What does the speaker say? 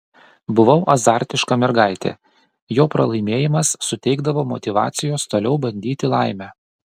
buvau azartiška mergaitė jo pralaimėjimas suteikdavo motyvacijos toliau bandyti laimę